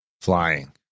flying